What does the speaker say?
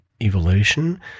evolution